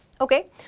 Okay